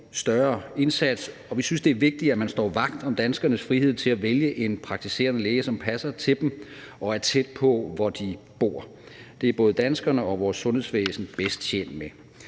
større indsats, og vi synes, det er vigtigt, at man står vagt om danskernes ret til at vælge en praktiserende læge, som passer til dem og er tæt på der, hvor de bor. Det er både danskerne og vores sundhedsvæsen bedst tjent med.